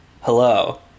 Hello